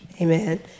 Amen